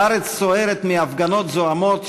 הארץ סוערת מהפגנות זועמות,